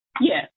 Yes